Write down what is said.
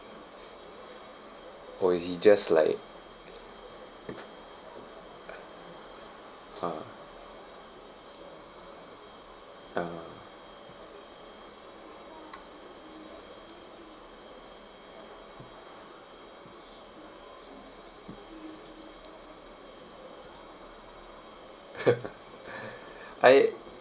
or he just like ah (uh huh) I